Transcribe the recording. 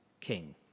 King